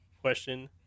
Question